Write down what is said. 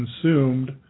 consumed